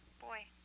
Boy